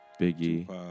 Biggie